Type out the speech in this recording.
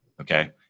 okay